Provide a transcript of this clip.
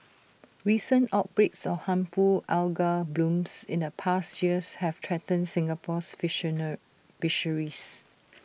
recent outbreaks of harmful algal blooms in the past years have threatened Singapore's fisheries